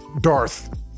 Darth